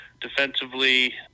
defensively